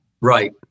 Right